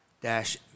dash